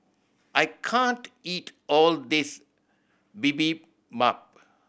I can't eat all this Bibimbap